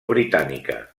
britànica